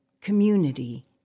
community